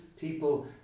people